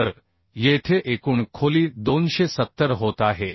तर येथे एकूण खोली 270 होत आहे